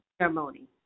ceremony